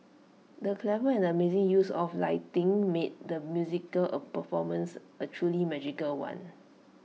the clever and amazing use of lighting made the musical performance A truly magical one